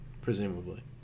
presumably